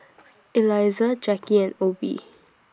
Elizah Jacky and Obe